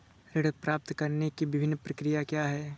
ऋण प्राप्त करने की विभिन्न प्रक्रिया क्या हैं?